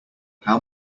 how